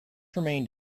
remained